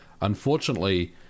unfortunately